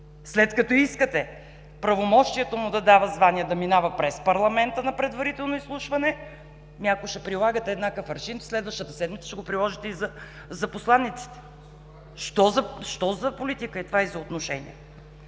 След като искате правомощието му да дава звание да минава през парламента на предварително изслушване – ами, ако ще прилагате еднакъв аршин, следващата седмица ще го приложите и за посланиците. Що за политика е това и за отношение?